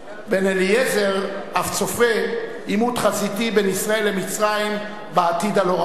בן-אליעזר אף צופה עימות חזיתי בין ישראל למצרים בעתיד הלא-רחוק.